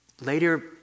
Later